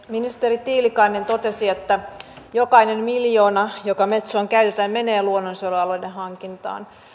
ministeri tiilikainen totesi että jokainen miljoona joka metsoon käytetään menee luonnonsuojelualueiden hankintaan